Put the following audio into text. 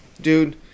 dude